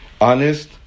Honest